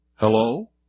Hello